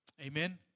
Amen